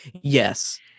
yes